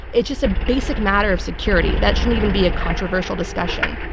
it's just a basic matter of security. that shouldn't even be a controversial discussion.